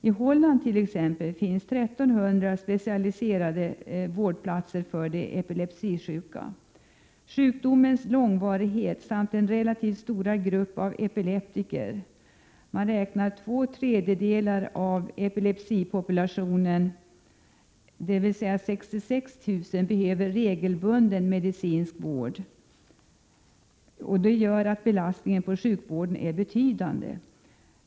I Holland t.ex. finns 1 300 specialvårdplatser för epilepsisjuka. Sjukdomens långvarighet samt den relativt stora grupp av epileptiker som behöver regelbunden medicinsk vård — man räknar med två tredjedelar av epilepsipopulationen, dvs. 66 000 — gör att belastningen på sjukvården är betydande.